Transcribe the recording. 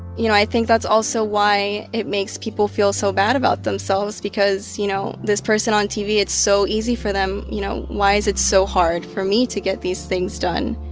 you know, i think that's also why it makes people feel so bad about themselves because, you know, this person on tv, it's so easy for them. you know, why is it so hard for me to get these things done?